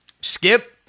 Skip